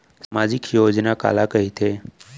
सामाजिक योजना काला कहिथे?